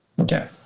Okay